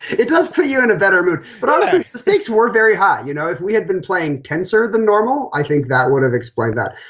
it does put you in a better mood, but and the stakes were very high. you know, if we had been playing tenser than normal, i think that would have explained that.